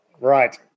Right